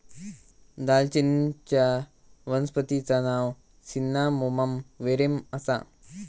दालचिनीचच्या वनस्पतिचा नाव सिन्नामोमम वेरेम आसा